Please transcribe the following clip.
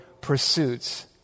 pursuits